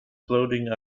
clothing